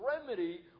remedy